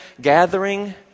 gathering